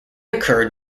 occur